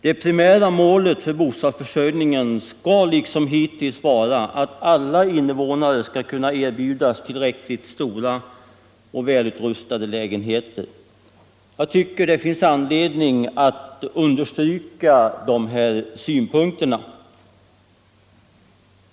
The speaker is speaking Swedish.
Det primära målet för bostadsförsörjningen skall liksom hittills vara att alla invånare skall kunna erbjudas tillräckligt stora och välutrustade lägenheter. Jag tycker det finns anledning att ytterligare framhålla dessa synpunkter.